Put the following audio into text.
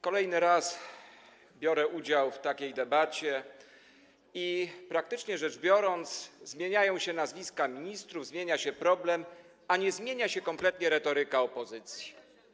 Kolejny raz biorę udział w takiej debacie i praktycznie rzecz biorąc, zmieniają się nazwiska ministrów, zmienia się problem, a nie zmienia się kompletnie retoryka opozycji.